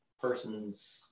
Person's